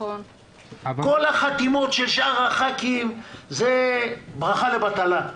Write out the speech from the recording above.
כל החתימות של שאר חברי הכנסת זה ברכה לבטלה.